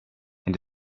and